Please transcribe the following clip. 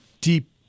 deep